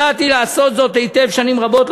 יודעת היא לעשות זאת היטב שנים רבות.